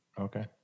Okay